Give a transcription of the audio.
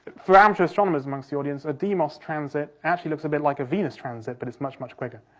for amateur astronomers amongst the audience, a deimos transit actually looks a bit like a venus transit but it's much, much quicker.